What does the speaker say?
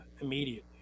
immediately